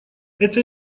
это